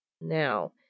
Now